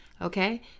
Okay